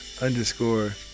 underscore